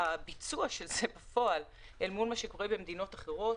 לבין הביצוע של זה בפועל אל מול מה שקורה במדינות אחרות.